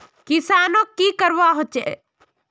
किसानोक की करवा होचे?